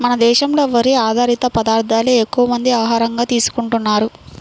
మన దేశంలో వరి ఆధారిత పదార్దాలే ఎక్కువమంది ఆహారంగా తీసుకుంటన్నారు